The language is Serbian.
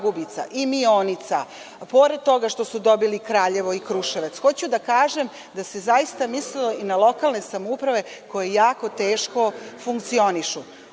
Mionica, pored toga što su dobili Kraljevo i Kruševac. Hoću da kažem da se zaista mislilo na lokalne samouprave koje jako teško funkcionišu. Ono